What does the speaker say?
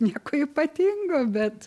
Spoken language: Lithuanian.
nieko ypatingo bet